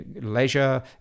leisure